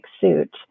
suit